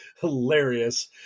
hilarious